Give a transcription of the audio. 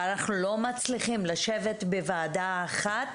ואנחנו לא מצליחים לשבת בוועדה אחת.